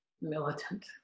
militant